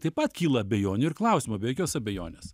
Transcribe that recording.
taip pat kyla abejonių ir klausimų be jokios abejonės